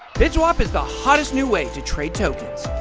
bitswap is the hottest new way to trade tokens.